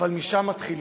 אבל משם מתחילים,